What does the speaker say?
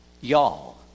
Y'all